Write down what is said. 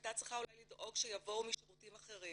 שהייתה צריכה אולי לדאוג שיבואו משירותים אחרים.